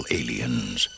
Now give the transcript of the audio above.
aliens